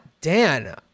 Dan